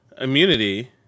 immunity